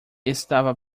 estava